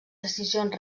decisions